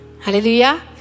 Hallelujah